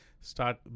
start